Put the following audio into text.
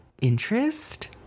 interest